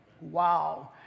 Wow